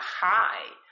high